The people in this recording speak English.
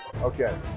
okay